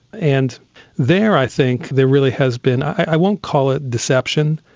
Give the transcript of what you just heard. and there i think there really has been, i won't call it deception,